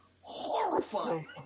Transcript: horrifying